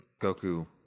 Goku